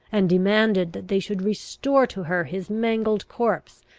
and demanded that they should restore to her his mangled corpse,